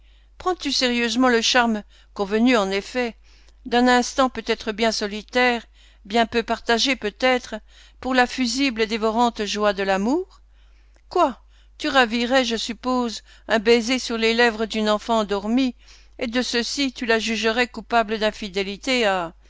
prends-tu sérieusement le charme convenu en effet d'un instant peut-être bien solitaire bien peu partagé peut-être pour la fusible et dévorante joie de l'amour quoi tu ravirais je suppose un baiser sur les lèvres d'une enfant endormie et de ceci tu la jugerais coupable d'infidélité à